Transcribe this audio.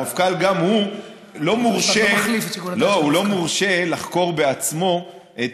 המפכ"ל, גם הוא לא מורשה, מחליף את שיקול הדעת של